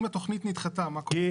אם התכנית נדחתה מה קורה?